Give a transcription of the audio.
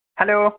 hello